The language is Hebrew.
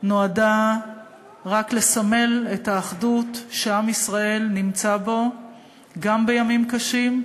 נועדה רק לסמל את האחדות שעם ישראל נמצא בה גם בימים קשים,